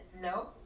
no